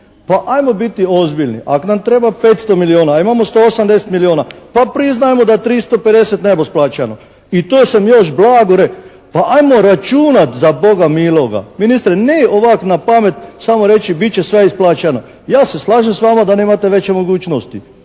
Pa ajmo biti ozbiljni. Ak' nam treba 500 milijuna, a imamo 180 milijuna, pa priznajmo da 350 ne bu isplaćeno i to sam još blago rekao. Pa ajmo računat za Boga miloga. Ministre ne ovak' na pamet samo reći bit će sve isplaćeno. Ja se slažem s vama da nemate veće mogućnosti,